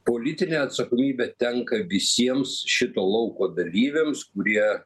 politinė atsakomybė tenka visiems šito lauko dalyviams kurie